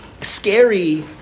scary